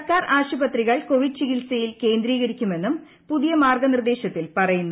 സർക്കാർ ആശുപത്രികൾ കോവിഡ് ചികിത്സയിൽ കേന്ദ്രീകരിക്കുമെന്നും പുതിയ മാർഗ നിർദേശത്തിൽ പറയുന്നു